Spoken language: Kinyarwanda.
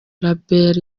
label